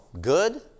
Good